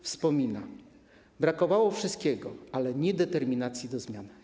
Wspominał on: brakowało wszystkiego, ale nie determinacji do zmian.